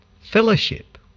fellowship